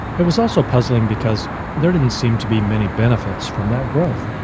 it was also puzzling because there didn't seem to be many benefits from that growth.